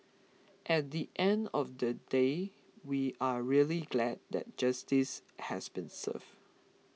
at the end of the day we are really glad that justice has been served